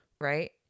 Right